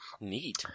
Neat